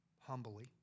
humbly